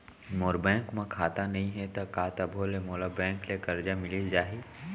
मोर bank म खाता नई हे त का तभो ले मोला बैंक ले करजा मिलिस जाही?